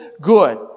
good